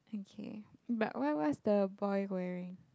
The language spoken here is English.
okay but what what's the boy wearing